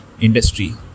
industry